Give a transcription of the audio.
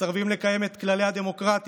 מסרבים לקיים את כללי הדמוקרטיה.